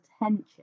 attention